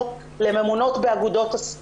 הנושא: הצעת תקנות למניעת הטרדה מינית (חובות גוף ספורט),